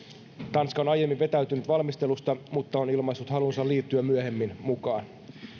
on aiemmin vetäytynyt valmistelusta mutta on ilmaissut halunsa liittyä myöhemmin mukaan